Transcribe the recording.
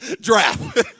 draft